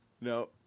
No